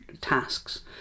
tasks